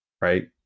right